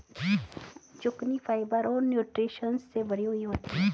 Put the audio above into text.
zucchini fibre और nutritions से भरी हुई होती है